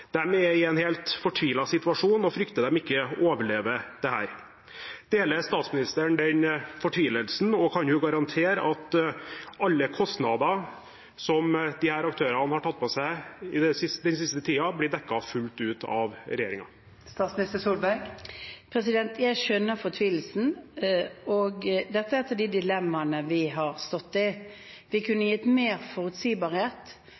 er i en helt fortvilt situasjon og frykter de ikke overlever dette. Deler statsministeren den fortvilelsen, og kan hun garantere at alle kostnader som disse aktørene har tatt på seg den siste tiden, blir dekket fullt ut av regjeringen? Jeg skjønner fortvilelsen. Dette er et av de dilemmaene vi har stått i. Vi